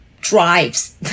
drives